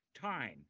time